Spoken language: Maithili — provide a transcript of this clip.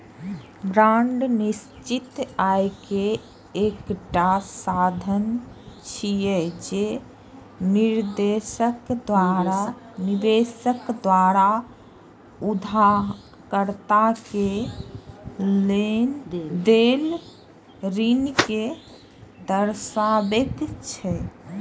बांड निश्चित आय के एकटा साधन छियै, जे निवेशक द्वारा उधारकर्ता कें देल ऋण कें दर्शाबै छै